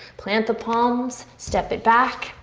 plant the palms, step it back.